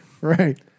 Right